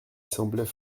semblait